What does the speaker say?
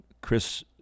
Chris